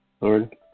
Lord